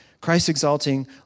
Christ-exalting